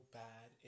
bad